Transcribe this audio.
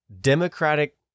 Democratic